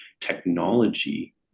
technology